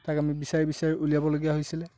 তাক আমি বিচাৰি বিচাৰি উলিয়াবলগীয়া হৈছিলে